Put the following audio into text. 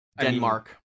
Denmark